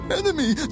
enemy